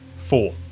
four